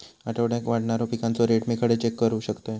आठवड्याक वाढणारो पिकांचो रेट मी खडे चेक करू शकतय?